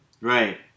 Right